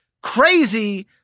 crazy